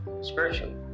spiritually